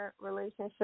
relationship